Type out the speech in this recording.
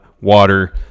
water